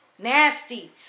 Nasty